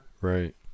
right